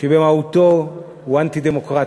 שבמהותו הוא אנטי-דמוקרטי.